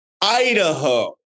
Idaho